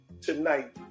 tonight